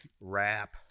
wrap